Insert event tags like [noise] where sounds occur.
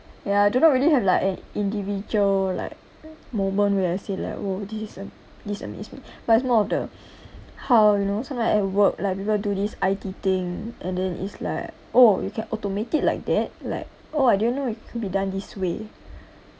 ya I do not really have like an individual like moment where I say like !whoa! this is um this amaze me but it's more of the [breath] how you know sometime I like I work like people do this I_T thing and then it's like oh you can automate it like that like oh I didn't know it could be done this way